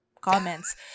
comments